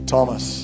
Thomas